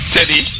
Teddy